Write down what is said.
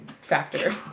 factor